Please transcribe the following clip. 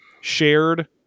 shared